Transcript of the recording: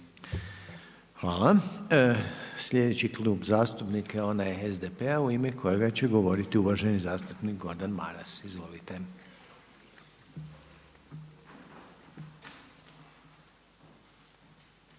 Hvala. Sljedeći klub zastupnika je onaj SDP-a u ime kojega će govoriti uvaženi zastupnik Gordan Maras. **Maras, Gordan